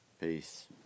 Peace